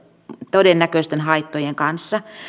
todennäköisten haittojen kanssa